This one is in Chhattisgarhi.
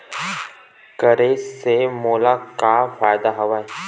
करे से मोला का का फ़ायदा हवय?